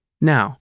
Now